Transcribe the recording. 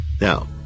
Now